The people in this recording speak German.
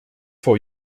vor